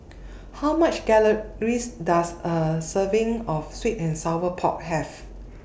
How much Calories Does A Serving of Sweet and Sour Pork Have